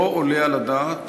לא עולה על הדעת